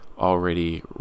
already